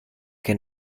que